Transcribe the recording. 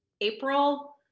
April